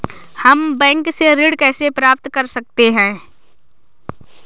हम बैंक से ऋण कैसे प्राप्त कर सकते हैं?